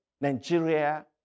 Nigeria